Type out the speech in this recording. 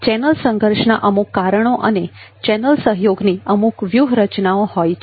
channel સંઘર્ષના અમુક કારણો અને ચેનલ સહયોગની અમુક વ્યૂહરચનાઓ હોય છે